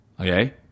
okay